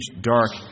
dark